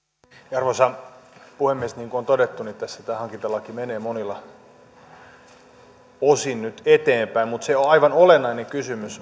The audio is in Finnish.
arvoisa puhemies niin kuin on todettu tässä tämä hankintalaki menee monin osin nyt eteenpäin mutta aivan olennainen kysymys